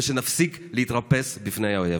ושנפסיק להתרפס בפני האויב.